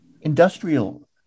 industrial